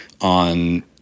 on